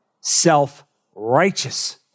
self-righteous